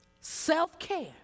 Self-care